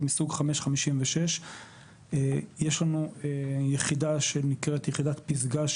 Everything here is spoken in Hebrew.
מסוג 5.56. יש לנו יחידה שנקראת יחידת פסגה,